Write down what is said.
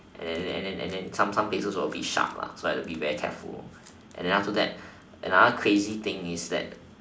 and then and then and then some some places were a bit sharp lah so I had to be careful and then after that another crazy thing is that